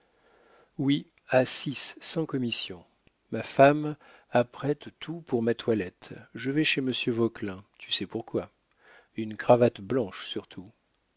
oui à six sans commission ma femme apprête tout pour ma toilette je vais chez monsieur vauquelin tu sais pourquoi une cravate blanche surtout